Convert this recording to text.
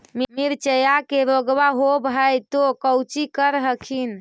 मिर्चया मे रोग्बा होब है तो कौची कर हखिन?